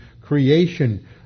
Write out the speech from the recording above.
creation